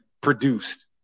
produced